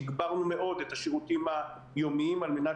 תגברנו מאוד את השירותים היומיים על מנת